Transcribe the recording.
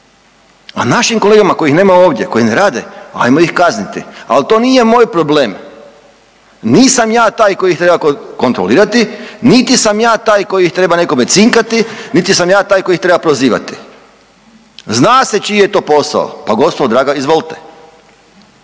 A našim kolega kojih nema ovdje, koji ne rade, ajmo ih kazniti, ali to nije moj problem, nisam ja taj koji ih treba kontrolirati, niti sam ja taj koji ih treba nekome cinkati, niti sam ja taj koji ih treba prozivati. Zna se čiji je to posao, pa gospodo draga izvolite.